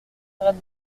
ferrets